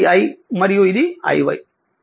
ఇది i మరియు ఇది iy